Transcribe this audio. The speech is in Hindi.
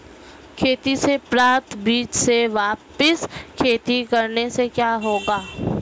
खेती से प्राप्त बीज से वापिस खेती करने से क्या होगा?